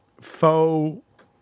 faux